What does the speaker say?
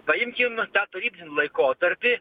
paimkim tą tarybinį laikotarpį